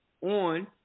on